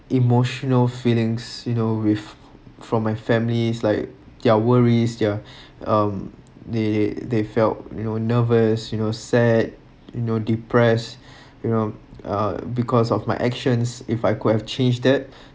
emotional feelings you know with from my family’s like their worries their um they they felt you know nervous you know sad you know depress you know uh because of my actions if I could have change that